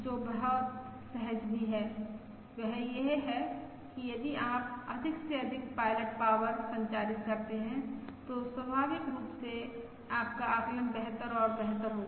जो बहुत सहज भी है वह यह है कि यदि आप अधिक से अधिक पायलट पाॅवर संचारित करते हैं तो स्वाभाविक रूप से आपका आकलन बेहतर और बेहतर होगा